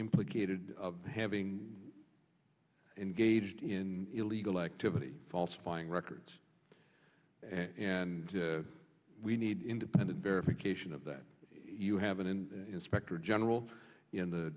implicated of having engaged in illegal activity falsifying records and we need independent verification of that you have been in inspector general in the